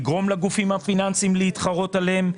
לגרום לגופים הפיננסיים להתחרות עליהם,